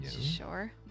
Sure